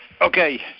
Okay